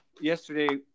yesterday